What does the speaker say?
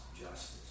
justice